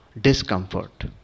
discomfort